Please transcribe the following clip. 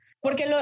Porque